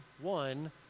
one